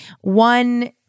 one